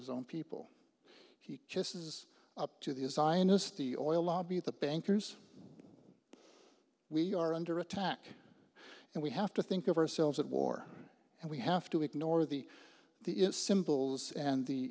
his own people he kisses up to the zionist the oil lobby the bankers we are under attack and we have to think of ourselves at war and we have to ignore the the symbols and the